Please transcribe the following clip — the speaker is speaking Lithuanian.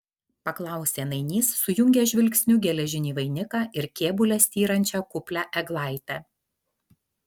paklausė nainys sujungęs žvilgsniu geležinį vainiką ir kėbule styrančią kuplią eglaitę